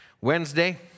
Wednesday